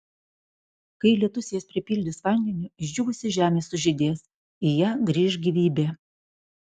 kai lietus jas pripildys vandeniu išdžiūvusi žemė sužydės į ją grįš gyvybė